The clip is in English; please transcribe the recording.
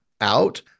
out